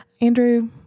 Andrew